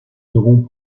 seront